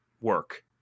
work